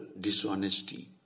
dishonesty